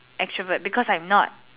extrovert because I am not